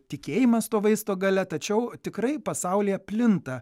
tikėjimas to vaisto galia tačiau tikrai pasaulyje plinta